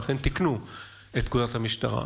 ואכן תיקנו את פקודת המשטרה,